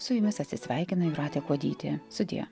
su jumis atsisveikina jūratė kuodytė sudie